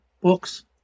books